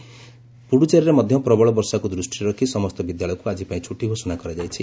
ସେହିଭଳି ପୁଡ଼ୁଚେରୀରେ ମଧ୍ୟ ପ୍ରବଳ ବର୍ଷାକୁ ଦୃଷ୍ଟିରେ ରଖି ସମସ୍ତ ବିଦ୍ୟାଳୟକୁ ଆଜି ପାଇଁ ଛୁଟି ଘୋଷଣା କରାଯାଇଛି